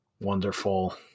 wonderful